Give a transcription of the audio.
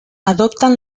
adopten